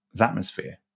atmosphere